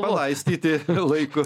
palaistyti laiku